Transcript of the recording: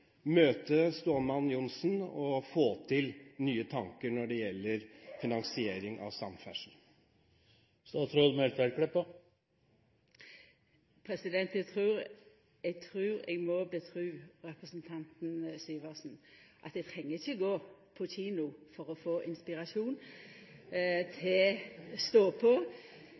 møte «stålmann» Johnsen og få til nye tanker når det gjelder finansiering av samferdsel? Eg må medgje til representanten Syversen at eg treng ikkje gå på kino for å få inspirasjon til å stå på